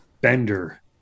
bender